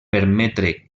permetre